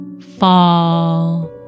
fall